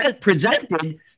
presented